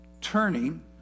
turning